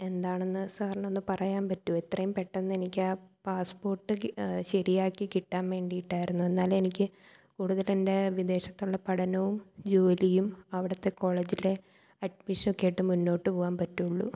എന്താണെന്നു സാറിനൊന്ന് പറയാൻ പറ്റുമോ എത്രയും പെട്ടെന്നെനിക്കാ പാസ്പ്പോട്ട് കി ശരിയാക്കി കിട്ടാൻ വേണ്ടിയിട്ടായിരുന്നു എന്നാലെ എനിക്ക് കൂടുതലെൻ്റെ വിദേശത്തുള്ള പഠനവും ജോലിയും അവിടുത്തെ കോളേജിലെ അഡ്മിഷനൊക്കെയായിട്ട് മുന്നോട്ടു പോകാൻ പറ്റുകയുള്ളു